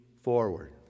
forward